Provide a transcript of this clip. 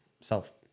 self